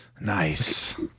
Nice